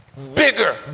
Bigger